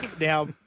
Now